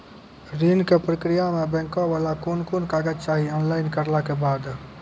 ऋण के प्रक्रिया मे बैंक वाला के कुन कुन कागज चाही, ऑनलाइन करला के बाद?